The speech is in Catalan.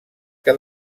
que